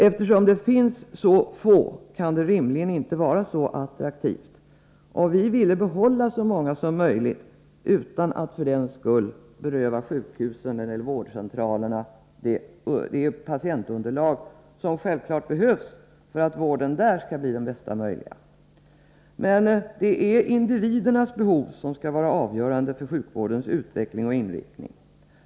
Eftersom det finns så få privatläkare kan det rimligen inte vara så attraktivt, och vi ville behålla så många som möjligt utan att för den skull beröva sjukhusen eller vårdcentralerna det patientunderlag som självklart behövs för att vården där skall bli den bästa möjliga. Det är individernas behov som skall vara avgörande för sjukvårdens utveckling och inriktning.